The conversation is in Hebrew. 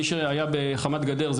מי שהיה בחמת גדר,